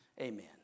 amen